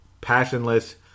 passionless